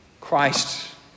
Christ